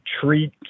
treat